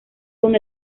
con